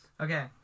Okay